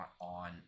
on